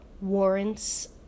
warrants